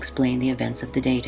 explain the events of the day